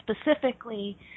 Specifically